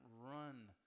run